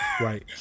Right